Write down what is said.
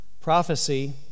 prophecy